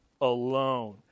alone